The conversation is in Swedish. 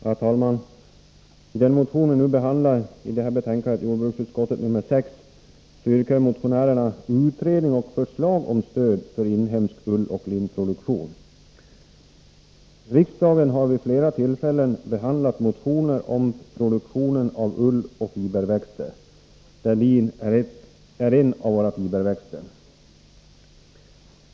Herr talman! I den motion vi nu behandlar, som tas uppi jordbruksutskottets betänkande nr 6, begär motionärerna utredning och förslag om stöd för inhemsk ulloch linproduktion. Riksdagen har vid flera tillfällen behandlat motioner om produktionen av ull och fiberväxter, av vilka lin är en.